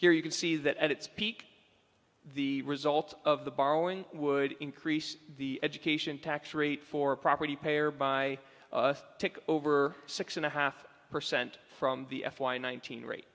here you can see that at its peak the result of the borrowing would increase the education tax rate for property payer by take over six and a half percent from the f y nineteen r